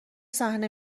صحنه